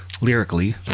lyrically